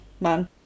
man